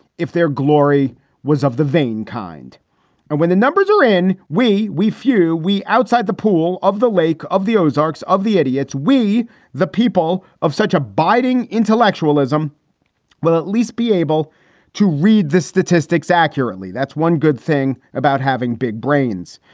if their glory was of the vain kind and when the numbers are in, we we few we outside the pool of the lake of the ozarks. of the idiots, we the people of such abiding intellectual ism will at least be able to read the statistics accurately. that's one good thing about having big brains.